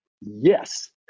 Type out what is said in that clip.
Yes